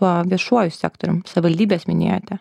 tuo viešuoju sektorium savaldybės minėjote